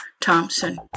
Thompson